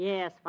Yes